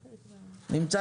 הייתה המחלוקת הממשלתית.